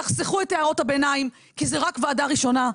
תחסכו את הערות הביניים כי זו רק ועדה ראשונה,